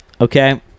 Okay